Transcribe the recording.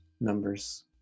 numbers